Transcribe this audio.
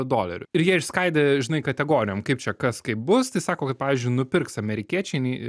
dolerių ir jie išskaidė žinai kategorijom kaip čia kas kaip bus tai sako kad pavyzdžiui nupirks amerikiečiai nei